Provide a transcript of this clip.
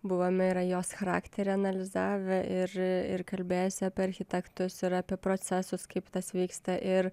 buvome ir jos charakterį analizavę ir ir kalbėjęsi apie architektus ir apie procesus kaip tas vyksta ir